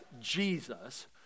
Jesus